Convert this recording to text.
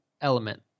element